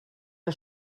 der